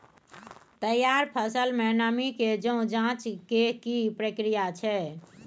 तैयार फसल में नमी के ज जॉंच के की प्रक्रिया छै?